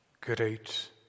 great